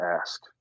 ask